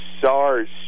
SARS